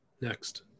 Next